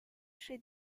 she